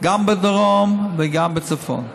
גם בדרום וגם בצפון.